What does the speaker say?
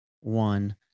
one